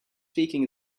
speaking